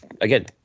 again